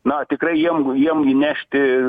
na tikrai jiem jiem įnešti